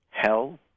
hell